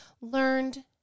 learned